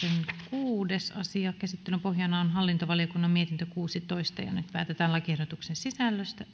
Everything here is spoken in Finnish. kuudes asia käsittelyn pohjana on hallintovaliokunnan mietintö kuusitoista nyt päätetään lakiehdotuksen sisällöstä